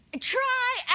Try